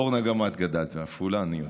אורנה, גם את גדלת בעפולה, אני יודע,